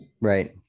Right